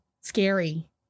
scary